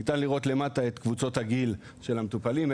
ניתן לראות למטה את קבוצות הגיל של המטופלים,